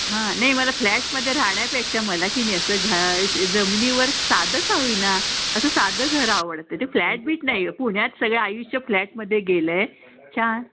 हां नाही मला फ्लॅटमध्ये राहण्यापेक्षा मला की नाही घा असं जमिनीवर साधं का होईना असं साधं घरं आवडतं ते फ्लॅट बीट नाही पुण्यात सगळं आयुष्य फ्लॅटमध्ये गेलं आहे छान